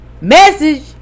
Message